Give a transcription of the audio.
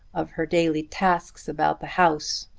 of her daily tasks about the house,